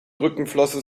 rückenflosse